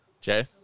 Jay